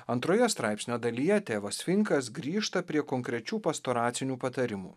antroje straipsnio dalyje tėvas finkas grįžta prie konkrečių pastoracinių patarimų